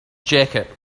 jacket